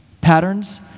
patterns